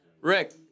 Rick